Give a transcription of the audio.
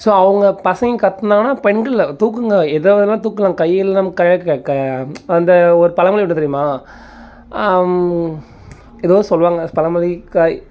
so அவங்க பசங்க கற்றுனாங்கன்னா பெண்கள் தூக்குங்க எதை வேணா தூக்கலாம் கையெல்லாம் க க அந்த ஒரு பழமொழி உண்டு தெரியுமா ஏதோ சொல்லுவாங்க பழமொழி கை